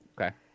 Okay